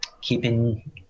keeping